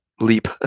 leap